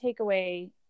takeaway